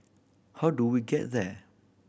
how do we get there